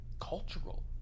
cultural